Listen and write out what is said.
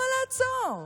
למה לעצור?